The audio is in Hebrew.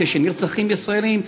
כשנרצחים ישראלים,